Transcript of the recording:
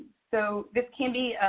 so this can be